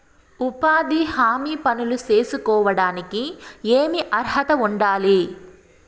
ఉపాధి హామీ పనులు సేసుకోవడానికి ఏమి అర్హత ఉండాలి?